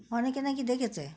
অনেকে না কি দেখেছে